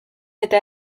eta